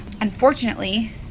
Unfortunately